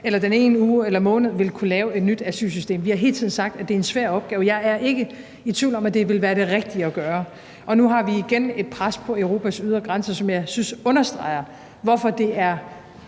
en nat, en uge eller en måned vil kunne lave et nyt asylsystem. Vi har hele tiden sagt, at det er en svær opgave. Jeg er ikke i tvivl om, at det vil være det rigtige at gøre. Nu har vi igen et pres på Europas ydre grænser, som jeg synes understreger, hvorfor det er